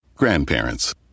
Grandparents